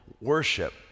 worship